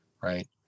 Right